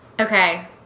Okay